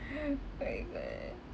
my god